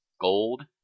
gold